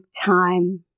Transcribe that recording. time